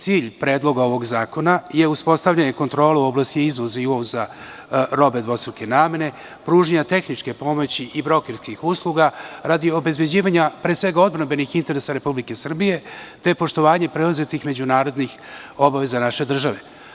Cilj predloga ovog zakona je uspostavljanje kontrole u oblasti izvoza i uvoza robe dvostruke namene, pružanja tehničke pomoći i brokerskih usluga radi obezbeđivanja, pre svega, odbrambenih interesa Republike Srbije, te poštovanje preuzetih međunarodnih obaveza naše države.